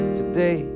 today